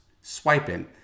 swiping